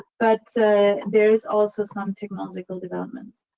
but there's also some technological developments.